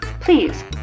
please